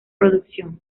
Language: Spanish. producción